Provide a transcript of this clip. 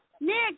Nick